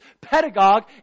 pedagogue